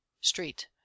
street